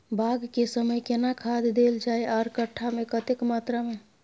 बाग के समय केना खाद देल जाय आर कट्ठा मे कतेक मात्रा मे?